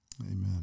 Amen